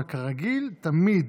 וכרגיל תמיד,